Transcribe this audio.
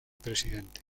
presidente